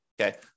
Okay